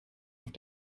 auf